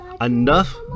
enough